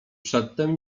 przedtem